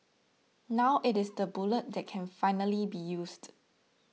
now it is the bullet that can finally be used